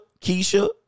Keisha